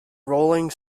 rolling